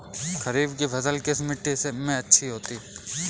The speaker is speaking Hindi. खरीफ की फसल किस मिट्टी में अच्छी होती है?